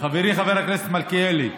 חברי חבר הכנסת מלכיאלי,